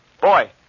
Boy